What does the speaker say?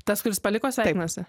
tas kuris paliko sveikinasi